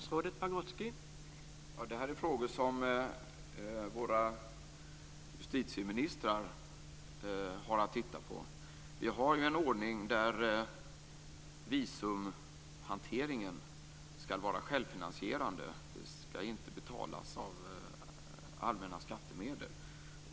Herr talman! Det här är frågor som våra justitieministrar har att titta på. Vi har ju en ordning där visumhanteringen skall vara självfinansierande. Den skall inte betalas med allmänna skattemedel.